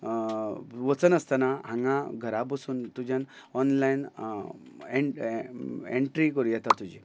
वचनासतना हांगां घरा बसून तुज्यान ऑनलायन एण ए एंट्री करूं येता तुजी